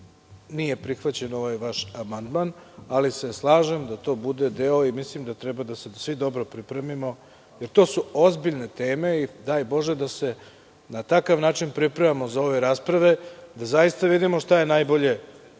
nije prihvaćen ovaj vaš amandman, ali se slažem da to bude deo i mislim da treba da se svi dobro pripremimo, jer to su ozbiljne teme i daj bože da se na takav način pripremamo za ove rasprave, da zaista vidimo šta je najbolje,